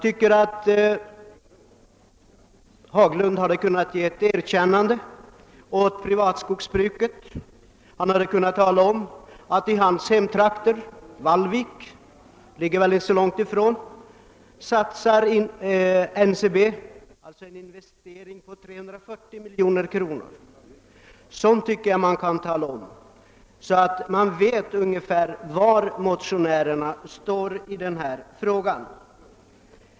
Herr Haglund borde ha kunnat ge ett erkännande åt privatskogsbruket; han hade kunnat tala om att i hans hemtrakter — Vallvik ligger väl inte så långt därifrån — gör NCB en investering på 340 miljoner kronor. Sådant tycker jag bör talas om, så att man vet ungefär var motionärerna står i denna fråga.